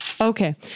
Okay